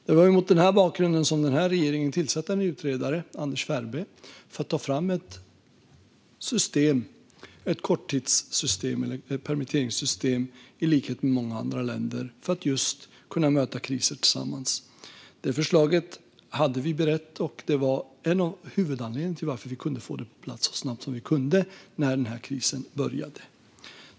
Det var mot denna bakgrund som den här regeringen tillsatte en utredare, Anders Ferbe, för att ta fram ett system för korttidspermittering i likhet med många andra länder och just kunna möta kriser tillsammans. Vi hade berett förslaget, och det var en av huvudanledningarna till att vi kunde få det på plats så snabbt som vi kunde när krisen började.